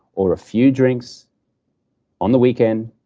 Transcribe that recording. or a few drinks on the weekend,